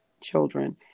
children